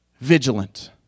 vigilant